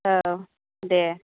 औ दे